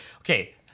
Okay